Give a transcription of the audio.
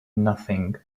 nothing